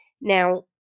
Now